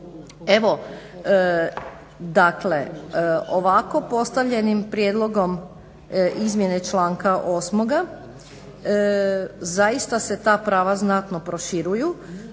dakle ovako postavljenim prijedlogom izmjene članka 8.zaista se ta prava znatno proširuju.